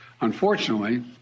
Unfortunately